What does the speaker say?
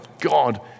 God